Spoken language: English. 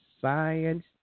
science